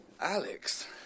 Alex